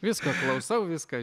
visko klausau viską